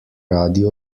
radi